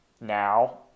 now